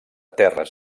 terres